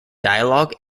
dialogue